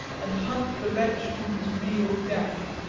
and hunt the wretch to his real death.